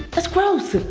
that's gross.